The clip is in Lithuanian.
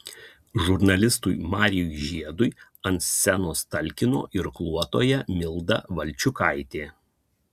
žurnalistui marijui žiedui ant scenos talkino irkluotoja milda valčiukaitė